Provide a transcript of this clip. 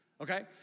okay